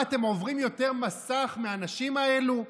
מה, אתם עוברים מסך טוב יותר מהנשים הללו?